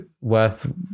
worth